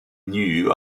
nue